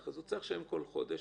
אז הוא צריך לשלם בכל חודש,